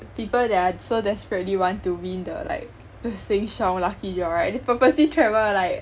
people that are so desperately want to win the like the Sheng-Siong lucky draw right purposely travel like